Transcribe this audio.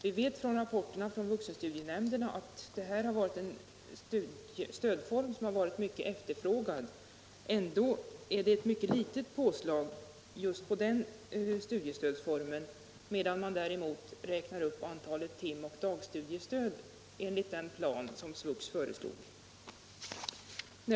Vi vet från vuxenstudienämndernas rapporter att denna stödform har varit mycket efterfrågad. Ändå föreslås ett mycket litet påslag på den studiestödsformen medan man däremot räknar upp antalet timoch dagstudiestödsrum enligt den plan som SVUX föreslog.